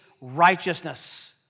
righteousness